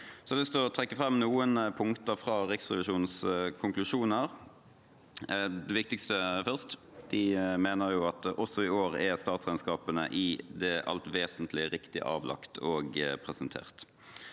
til å trekke fram noen punkter fra Riksrevisjonens konklusjoner – og det viktigste først: De mener at også i år er statsregnskapene i det alt vesentlige riktig avlagt og presentert.